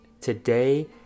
today